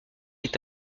est